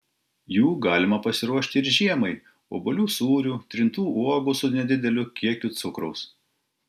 jų galima pasiruošti ir žiemai obuolių sūrių trintų uogų su nedideliu kiekiu cukraus